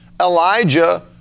Elijah